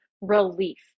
relief